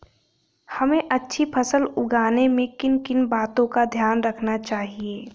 हमें अच्छी फसल उगाने में किन किन बातों का ध्यान रखना चाहिए?